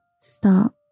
stop